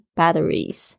batteries